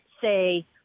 say